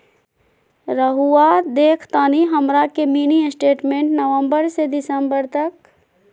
रहुआ देखतानी हमरा के मिनी स्टेटमेंट नवंबर से दिसंबर तक?